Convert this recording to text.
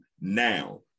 now